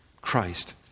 Christ